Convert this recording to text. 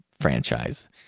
franchise